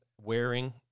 wearing